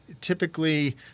typically